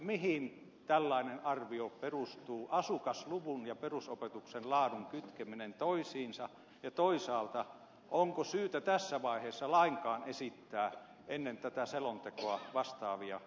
mihin tällainen arvio perustuu asukasluvun ja perusopetuksen laadun kytkeminen toisiinsa ja toisaalta onko tässä vaiheessa ennen tätä selontekoa syytä lainkaan esittää vastaavia kommentteja